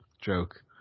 joke